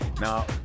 Now